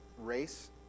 race